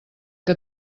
que